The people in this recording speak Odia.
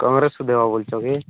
କଙ୍ଗ୍ରସ୍କୁ ଦେବା ବୋଲୁଛ କି